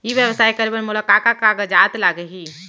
ई व्यवसाय करे बर मोला का का कागजात लागही?